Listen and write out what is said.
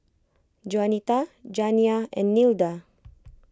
Juanita Janiah and Nilda